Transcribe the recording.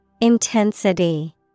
Intensity